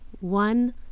one